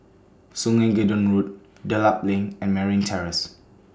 Sungei Gedong Road Dedap LINK and Merryn Terrace